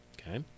okay